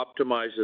optimizes